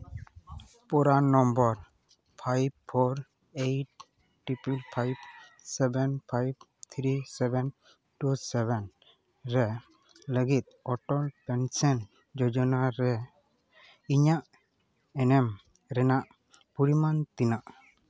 ᱯᱚᱨᱟᱱ number five four eight triple five seven five three seven two seven ᱨᱮ ᱞᱟᱹᱜᱤᱫ Atal pension Yojana ᱨᱮ ᱤᱧᱟᱹᱜ ᱮᱱᱮᱢ ᱨᱮᱱᱟᱜ ᱯᱚᱨᱤᱢᱟᱱ ᱛᱤᱱᱟᱹᱜ